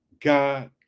God